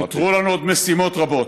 נותרו לנו עוד משימות רבות,